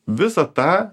visą tą